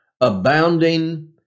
abounding